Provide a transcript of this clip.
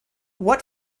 what